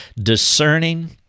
Discerning